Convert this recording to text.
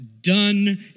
done